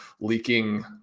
leaking